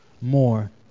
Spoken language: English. more